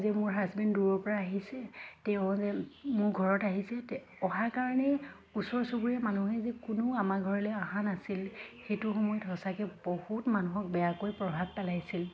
যে মোৰ হাজবেণ্ড দূৰৰপৰা আহিছে তেওঁ যে মোৰ ঘৰত আহিছে অহাৰ কাৰণেই ওচৰ চুবুৰীয় মানুহে যে কোনো আমাৰ ঘৰলৈ অহা নাছিল সেইটো সময়ত সঁচাকৈ বহুত মানুহক বেয়াকৈ প্ৰভাৱ পেলাইছিল